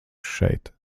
šeit